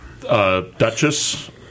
Duchess